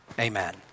amen